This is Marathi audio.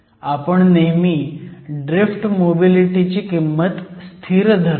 आपण नेहमी ड्रीफ्ट मोबिलिटीची किंमत स्थिर धरतो